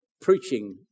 preaching